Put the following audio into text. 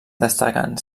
destaquen